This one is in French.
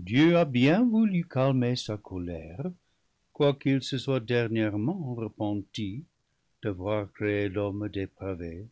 dieu a bien voulu calmer sa colère quoiqu'il se soit dernièrement repenti d'a voir créé l'homme dépravé